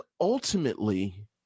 ultimately